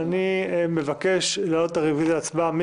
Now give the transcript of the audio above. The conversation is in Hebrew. אני מבקש להעלות את הרוויזיה להצבעה.